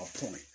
point